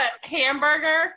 hamburger